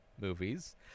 movies